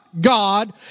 god